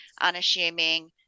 unassuming